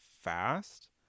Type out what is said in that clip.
fast